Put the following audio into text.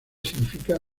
significa